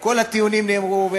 כל הטיעונים נאמרו,